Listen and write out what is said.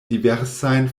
diversajn